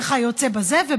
וכיוצא בזה.